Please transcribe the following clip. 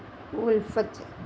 ఉల్ఫచ్